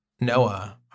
Noah